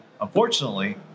Unfortunately